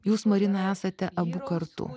jūs marina esate abu kartu